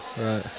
right